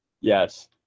Yes